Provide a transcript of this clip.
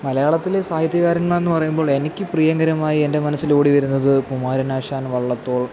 മലയാളത്തിലെ സാഹിത്യകാരന്മാരെന്ന് പറയുമ്പോൾ എനിക്ക് പ്രിയങ്കരമായി എൻ്റെ മനസ്സിലോടിവരുന്നത് കുമാരനാശാൻ വള്ളത്തോൾ